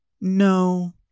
No